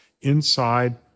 Inside